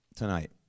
tonight